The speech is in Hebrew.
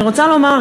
אני רוצה לומר,